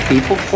People